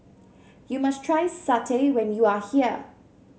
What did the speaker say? you must try satay when you are here